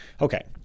okay